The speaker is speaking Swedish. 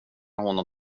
honom